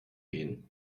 gehen